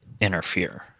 interfere